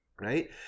right